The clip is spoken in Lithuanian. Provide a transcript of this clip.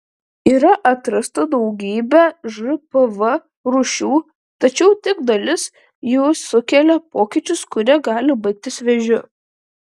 yra atrasta daugybė žpv rūšių tačiau tik dalis jų sukelia pokyčius kurie gali baigtis vėžiu